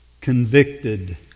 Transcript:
Convicted